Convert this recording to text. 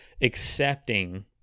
accepting